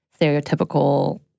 stereotypical